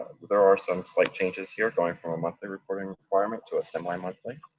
there are some slight changes here going from a monthly reporting requirement to a semimonthly.